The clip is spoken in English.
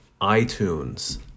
iTunes